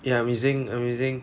ya I'm using I'm using